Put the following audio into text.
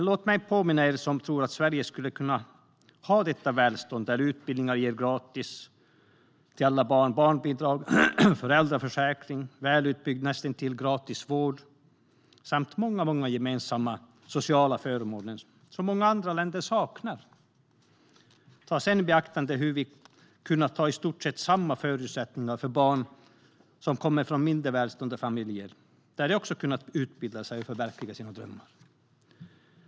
Låt mig påminna om att Sverige har detta välstånd där utbildningar ges gratis till alla barn, barnbidrag delas ut, föräldraförsäkring finns, vården är välutbyggd och nästintill gratis samt många gemensamma sociala förmåner finns, vilket många andra länder saknar. Ta sedan i beaktande hur vi har kunnat ha i stort sett samma förutsättningar för barn som kommer från mindre välbeställda familjer så att de också har kunnat utbilda sig och förverkliga sina drömmar.